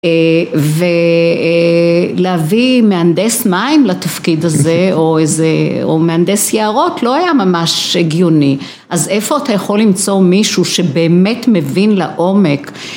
‫ולהביא מהנדס מים לתפקיד הזה ‫או מהנדס יערות לא היה ממש הגיוני. ‫אז איפה אתה יכול למצוא מישהו ‫שבאמת מבין לעומק?